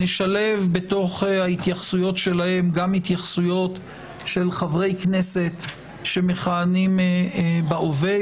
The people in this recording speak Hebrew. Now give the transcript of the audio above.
בתוך ההתייחסויות שלהם נשלב גם התייחסויות של חברי כנסת שמכהנים בהווה.